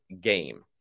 game